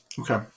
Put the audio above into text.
okay